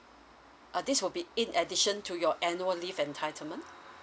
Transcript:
uh this will be in addition to your annual leave entitlement